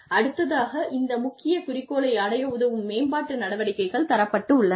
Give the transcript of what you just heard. அடுத்ததாக இந்த முக்கிய குறிக்கோளை அடைய உதவும் மேம்பாட்டு நடவடிக்கைகள் தரப்பட்டுள்ளன